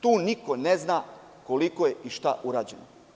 Tu niko ne zna koliko je i šta urađeno.